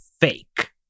fake